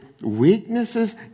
weaknesses